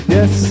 Yes